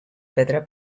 pedra